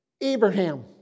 Abraham